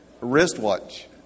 Wristwatch